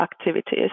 activities